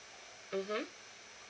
mmhmm